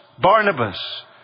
Barnabas